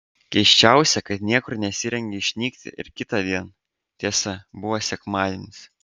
keisčiausia kad niekur nesirengė išnykti ir kitądien tiesa buvo sekmadienis